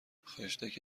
خشتک